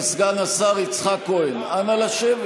חבר הכנסת דוד ביטן וסגן השר יצחק כהן, אנא, לשבת.